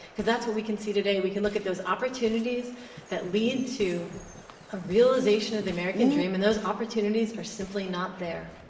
because that's what we can see today. we can look at those opportunities that lead to a realization of the american dream, and those opportunities are simply not there,